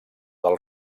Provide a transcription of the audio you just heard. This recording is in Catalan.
del